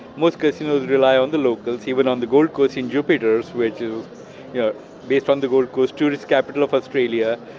most casinos rely on the locals, even on the gold coast in jupiters which is you know based on the gold coast, tourist capital of australia,